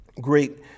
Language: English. great